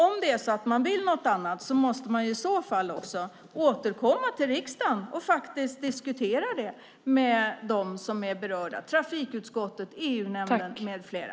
Om det är så att man vill något annat måste man i så fall också återkomma till riksdagen och faktiskt diskutera det med de berörda - trafikutskottet, EU-nämnden med flera.